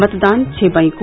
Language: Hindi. मतदान छः मई को